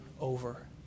over